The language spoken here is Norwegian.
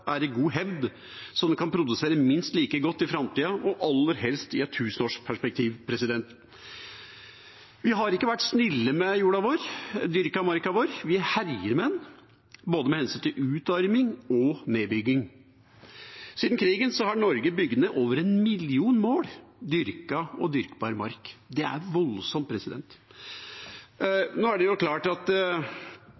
er i god hevd, så man kan produsere minst like godt i framtida og aller helst i et tusenårsperspektiv. Vi har ikke vært snille med jorda vår, med dyrkamarka vår; vi herjer med den – med hensyn til både utarming og nedbygging. Siden krigen har Norge bygd ned over én million mål dyrka og dyrkbar mark. Det er voldsomt.